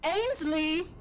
Ainsley